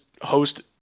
host